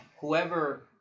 Whoever